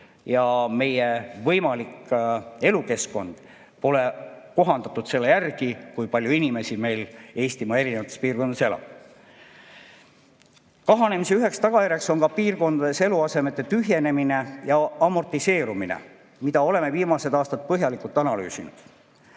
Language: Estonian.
ja meie võimalik elukeskkond pole kohandatud selle järgi, kui palju inimesi meil Eesti eri piirkondades elab. Kahanemise üks tagajärg on ka piirkondades eluasemete tühjenemine ja amortiseerumine, mida oleme viimased aastad põhjalikult analüüsinud.